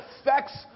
affects